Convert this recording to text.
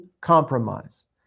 compromise